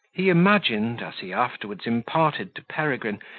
he imagined, as he afterwards imparted to peregrine,